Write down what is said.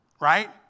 Right